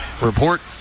Report